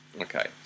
Okay